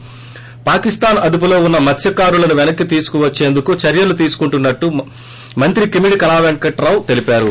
ి పాకిస్థాన్ అదుపులో ఉన్న మత్స్కారులను వెనక్కి తీసుకు వచ్చేందుకు చర్యలు తీసుకుంటున్న ట్లు మంత్రి కిమిడి కళా పెంకటరావు తెలిపారు